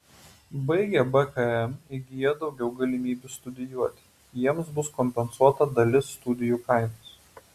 baigę bkm įgyja daugiau galimybių studijuoti jiems bus kompensuota dalis studijų kainos